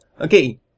Okay